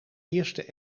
eerste